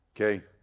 Okay